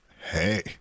hey